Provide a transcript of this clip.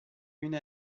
une